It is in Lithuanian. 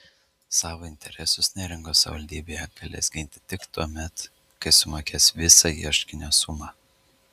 savo interesus neringos savivaldybė galės ginti tik tuomet kai sumokės visą ieškinio sumą